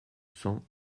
cent